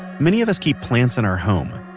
many of us keep plants in our home.